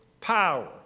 power